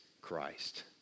Christ